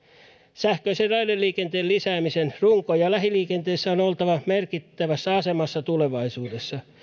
sähköisen raideliikenteen lisäämisen runko ja lähiliikenteessä on oltava merkittävässä asemassa tulevaisuudessa